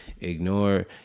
ignore